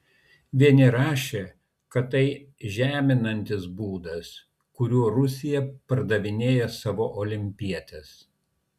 vieni rašė kad tai žeminantis būdas kuriuo rusija pardavinėja savo olimpietes